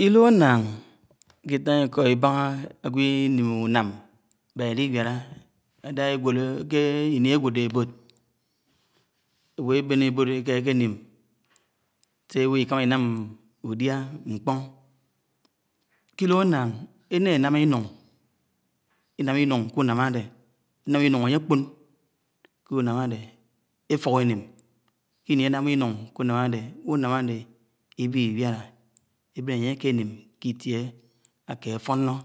ḱe ĺlo ánnáng ke ágwó Itàn Iḱo Ib́ah́a nlad ágwo í nim uńám mbáhá lliwálà ké iń éwo̱do̱ eb́od, éwo̱ ébén ébod éka ékénim sè ewikàmà ińam ùdia nk̀po̱n. Ke llo annang, elánám ińun, Ínam Ínun ké unám áde Inám nún ánye kpo̱n, ké unám áde. efúk énim̱, ḱiní eńama Ińuń ké Únám áde. unām áde Iẃilí Iwálá, ében ánye ékénim. ké ítie ákefo̱no̱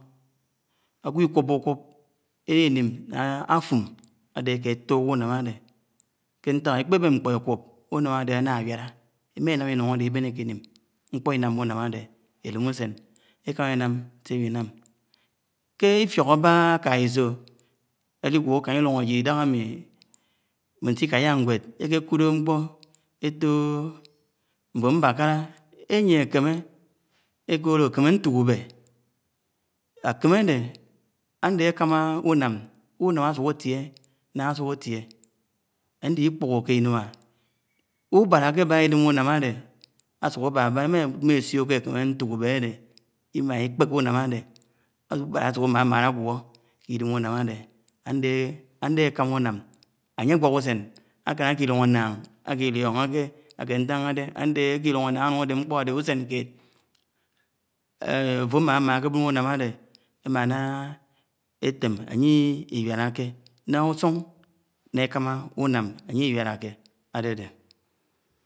ágwó Iḱubákúb, eńinim̃. nńa áfum áde áke átuko̱ únam̃ ádé, ké. nták eḱpében nkpó ékub́, uńam àde ànna. áwála, emánám Inun áde Ib́en Iḱinim. nḱpo Ináma unám áde, elem us̃eñ ékamá. énam̃ sẽ ew̃inãm. Ké ifíok àbahà àkãise. ãlig̃wo̱ úkan llũng àjid Idáhami, mmo̱n ńsikaỹa nw̃ed ẽkeḱud ńkpo̱ éto ḿbon mbakàla, eyie ekémé éko̱ló ekémé ńtuk úbe Ákeḿe áde, áde ákáma unám, unám asuk. àtie nàhà aśuk atie àde Ik̀puho̱k̀e. inua. ubala akebaha ki idem uǹam àde, asuk ababa emasio ke ekéme ntuk ube. áde, Imá Ikpéké, unám áde abub́alá asu. amamang aguo ke Idem unam ade:. áide akama unam anye awak usen alkan ák. lũng annàng áki llung ànnáng Ikpéneké. aki ilung annang anun ade nkpo adehe usen ked afo arama akeben unam ade amana etem anye igualake na usun nna ekama unam anye igualake adede.